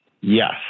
yes